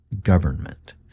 government